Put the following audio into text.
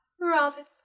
Robin